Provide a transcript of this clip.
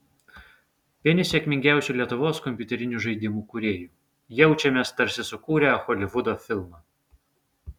vieni sėkmingiausių lietuvos kompiuterinių žaidimų kūrėjų jaučiamės tarsi sukūrę holivudo filmą